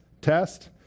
test